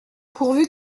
pourvu